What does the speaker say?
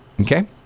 Okay